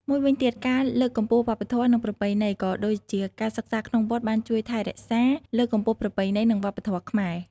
មួយវិញទៀត ការលើកកម្ពស់វប្បធម៌ និងប្រពៃណី ក៏ដូចជាការសិក្សាក្នុងវត្តបានជួយថែរក្សា លើកកម្ពស់ប្រពៃណី និងវប្បធម៌ខ្មែរ។